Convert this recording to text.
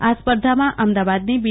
આ સ્પર્ધામાં અમદાવાદની બી